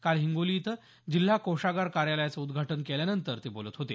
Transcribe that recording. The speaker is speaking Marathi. काल हिंगोली इथं जिल्हा कोषागार कार्यालयाचं उद्घाटन केल्यानंतर ते बोलत होते